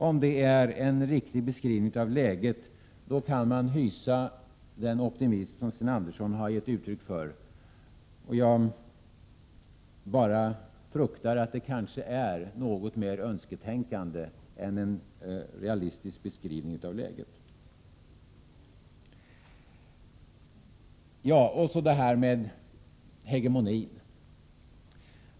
Om det är en riktig beskrivning av läget kan man hysa den optimism som Sten Andersson har gett uttryck för. Jag fruktar bara att det kanske är något mer önsketänkande än en realistisk beskrivning av läget. Jag vill också ta upp detta med hegemonin.